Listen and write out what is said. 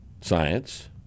science